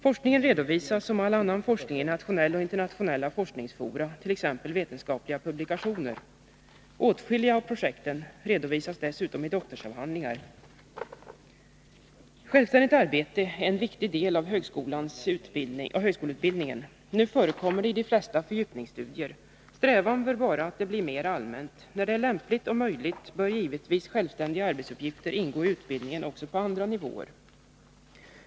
Forskningen redovisas som all annan forskning i nationella och internationella forskningsfora, t.ex. vetenskapliga publikationer. Åtskilliga av projekten redovisas dessutom i doktorsavhandlingar. Självständigt arbete är en viktig del av högskoleutbildningen. Nu förekommer det i de flesta fördjupningsstudier. Strävan bör vara att det blir mer allmänt. När det är lämpligt och möjligt bör givetvis självständiga arbetsuppgifter ingå i utbildning också på andra nivåer.